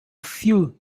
few